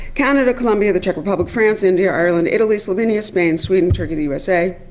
canada, colombia, the czech republic, france, india, ireland, italy, slovenia, spain, sweden, turkey, usa.